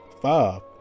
Five